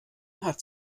hat